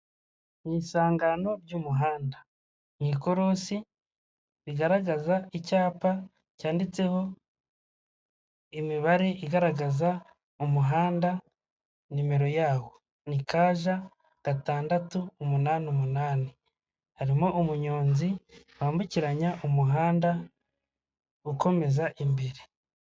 Mu isangano ry'umuhanda. Ni ikorosi rigaragaza icyapa cyanditseho imibare igaragaza umuhanda nimero yawo. Ni kaja, gatandatu, umunane, umunane. Harimo umunyonzi wambukiranya umuhanda ukomeza imbere.